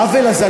העוול הזה,